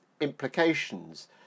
implications